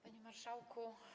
Panie Marszałku!